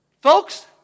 Folks